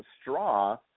Straw